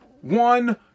one